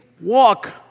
walk